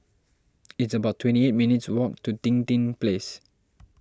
it's about twenty eight minutes' walk to Dinding Place